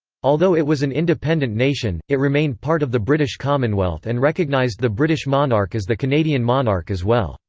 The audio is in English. although it was an independent nation, it remained part of the british commonwealth and recognized the british monarch as the canadian monarch as well.